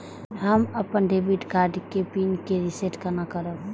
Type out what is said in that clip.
हम अपन debit card के पिन के रीसेट केना करब?